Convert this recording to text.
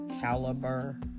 caliber